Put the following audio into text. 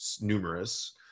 numerous